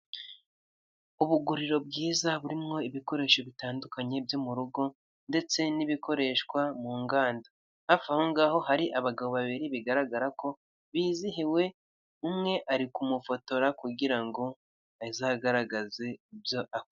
Ubuguriro bwiza burimo ibikoresho bitandukanye byo mu rugo ndetse n'ibikoreshwa mu nganda, hafi aho ngaho hari abagabo babiri bigaragara ko bizihiwe, umwe ari kumufotora kugira ngo azagaragaze ibyo akora.